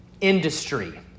industry